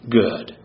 good